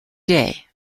day